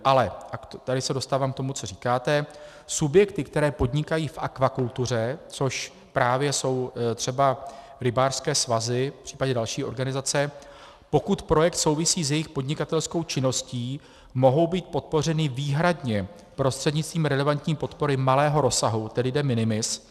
Ale, a tady se dostávám k tomu, co říkáte, subjekty, které podnikají v akvakultuře, což právě jsou třeba rybářské svazy, případně další organizace, pokud projekt souvisí s jejich podnikatelskou činností, mohou být podpořeny výhradně prostřednictvím relevantní podpory malého rozsahu, tedy de minimis.